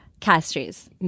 Castries